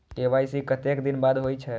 KYC कतेक दिन बाद होई छै?